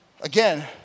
Again